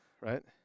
Right